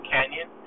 Canyon